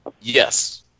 Yes